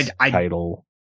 title